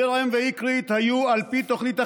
בירעם ואקרית היו, על פי תוכנית החלוקה,